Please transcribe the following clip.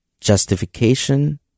justification